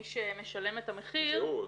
מי שמשלם את המחיר זה הוא,